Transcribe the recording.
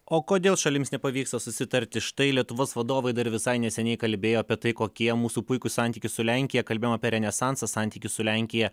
o kodėl šalims nepavyksta susitarti štai lietuvos vadovai dar visai neseniai kalbėjo apie tai kokie mūsų puikūs santykiai su lenkija kalbėjom apie renesansą santykių su lenkija